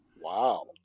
Wow